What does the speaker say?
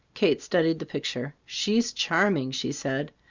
kate studied the picture. she's charming! she said.